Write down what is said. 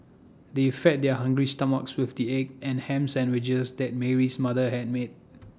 they fed their hungry stomachs with the egg and Ham Sandwiches that Mary's mother had made